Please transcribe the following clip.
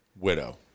widow